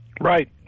Right